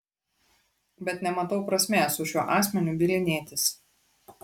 bet nematau prasmės su šiuo asmeniu bylinėtis